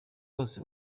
bose